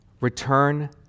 return